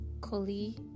Koli